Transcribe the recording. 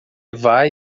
vai